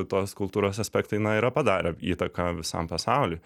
tos kultūros aspektai na yra padarę įtaką visam pasauliui